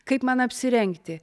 kaip man apsirengti